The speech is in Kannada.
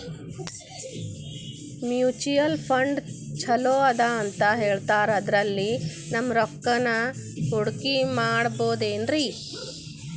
ಮ್ಯೂಚುಯಲ್ ಫಂಡ್ ಛಲೋ ಅದಾ ಅಂತಾ ಹೇಳ್ತಾರ ಅದ್ರಲ್ಲಿ ನಮ್ ರೊಕ್ಕನಾ ಹೂಡಕಿ ಮಾಡಬೋದೇನ್ರಿ?